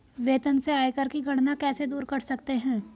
वेतन से आयकर की गणना कैसे दूर कर सकते है?